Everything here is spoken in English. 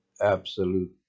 absolute